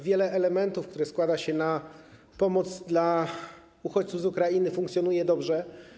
Wiele elementów, które składa się na pomoc dla uchodźców z Ukrainy, funkcjonuje dobrze.